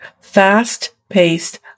fast-paced